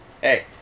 Hey